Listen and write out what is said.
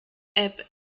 app